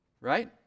Right